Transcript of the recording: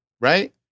right